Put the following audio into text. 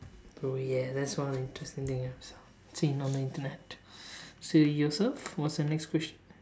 oh ya that's one of the interesting thing I've seen on the Internet so you also what's your next question